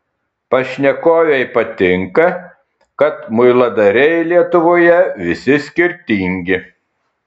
pašnekovei patinka kad muiladariai lietuvoje visi skirtingi